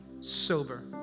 sober